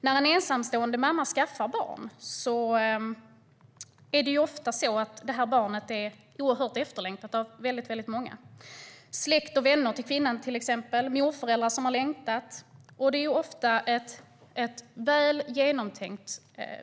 När en ensamstående mamma skaffar barn är barn ofta oerhört efterlängtat av många, som släkt och vänner till kvinnan och morföräldrar som har längtat, och det är ofta ett väl genomtänkt